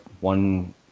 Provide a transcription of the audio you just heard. one